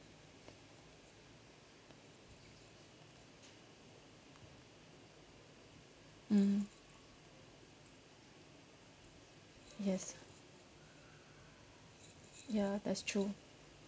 mm yes ya that's true